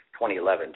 2011